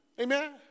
Amen